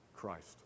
Christ